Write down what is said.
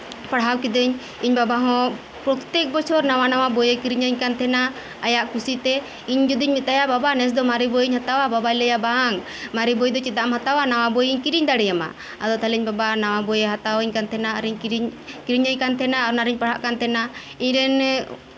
ᱯᱟᱲᱦᱟᱣ ᱠᱤᱫᱟᱹᱧ ᱤᱧ ᱵᱟᱵᱟ ᱦᱚᱸ ᱯᱨᱚᱛᱛᱮᱠ ᱵᱚᱪᱷᱚᱨ ᱱᱟᱣᱟᱼᱱᱟᱣᱟ ᱵᱳᱭᱮᱭ ᱠᱤᱨᱤᱧᱟᱹᱧ ᱠᱟᱱ ᱛᱟᱦᱮᱸᱱᱟ ᱟᱭᱟᱜ ᱠᱩᱥᱤ ᱛᱮ ᱤᱧ ᱡᱩᱫᱤᱧ ᱢᱮᱛᱟᱭᱟ ᱵᱟᱵᱟ ᱱᱮᱥ ᱫᱚ ᱢᱟᱨᱮ ᱵᱳᱭᱤᱧ ᱦᱟᱛᱟᱣᱟ ᱵᱟᱵᱟᱭ ᱞᱟᱹᱭᱟ ᱵᱟᱝ ᱢᱟᱨᱮ ᱵᱳᱭ ᱫᱚ ᱪᱮᱫᱟᱜ ᱮᱢ ᱦᱟᱛᱟᱣᱟ ᱱᱟᱣᱟ ᱵᱳᱭᱤᱧ ᱠᱤᱨᱤᱧ ᱫᱟᱲᱮᱭᱟᱢᱟ ᱟᱫᱚ ᱛᱟᱞᱦᱮ ᱤᱧ ᱵᱟᱵᱟ ᱱᱟᱣᱟ ᱵᱳᱭᱮᱭ ᱦᱟᱛᱟᱣᱟᱹᱧ ᱠᱟᱱ ᱛᱟᱦᱮᱸᱱᱟ ᱠᱤᱨᱤᱧ ᱠᱤᱨᱤᱧᱟᱹᱧ ᱠᱟᱱ ᱛᱟᱦᱮᱸᱱᱟ ᱟᱨᱤᱧ ᱯᱟᱲᱦᱟᱜ ᱠᱟᱱ ᱛᱟᱦᱮᱸᱱᱟ ᱤᱧ ᱨᱮᱱ